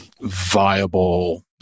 viable